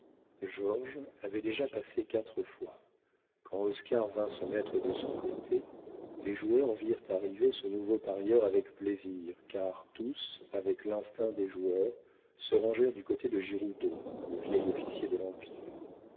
georges avait déjà passé quatre fois quand oscar vint se mettre de son côté les joueurs virent arriver ce nouveau parieur avec plaisir car tous avec l'instinct des joueurs se rangèrent du côté de giroudeau le vieil officier de l'empire